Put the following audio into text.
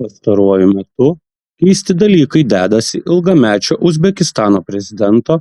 pastaruoju metu keisti dalykai dedasi ilgamečio uzbekistano prezidento